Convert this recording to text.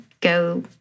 go